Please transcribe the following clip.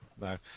No